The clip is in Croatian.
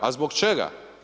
A zbog čega?